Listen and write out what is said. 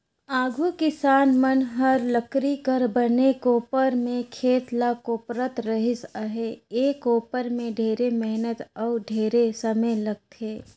आघु किसान मन हर लकरी कर बने कोपर में खेत ल कोपरत रिहिस अहे, ए कोपर में ढेरे मेहनत अउ ढेरे समे लगथे